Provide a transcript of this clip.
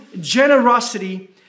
generosity